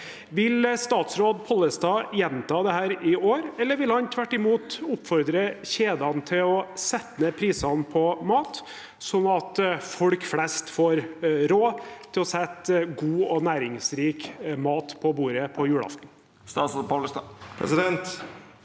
Vil statsråd Pollestad gjenta dette i år, eller vil han tvert imot oppfordre kjedene til å sette ned prisene på mat, sånn at folk flest får råd til å sette god og næringsrik mat på bordet på julaften? Statsråd Geir Pollestad